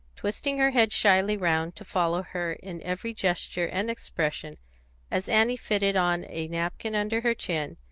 twisting her head shyly round to follow her in every gesture and expression as annie fitted on a napkin under her chin,